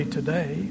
today